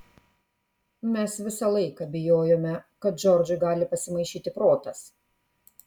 mes visą laiką bijojome kad džordžui gali pasimaišyti protas